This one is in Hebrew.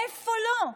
איפה לא?